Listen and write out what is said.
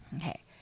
Okay